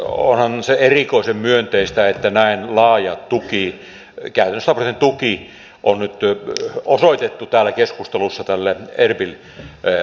onhan se erikoisen myönteistä että näin laaja tuki käytännössä sataprosenttinen tuki on nyt osoitettu täällä keskustelussa tälle erbil operaatiolle